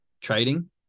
trading